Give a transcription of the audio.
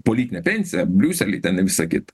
politinę pensiją briusely ten visa kita